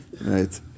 right